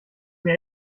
mir